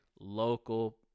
local